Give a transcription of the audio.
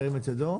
ירים את ידו.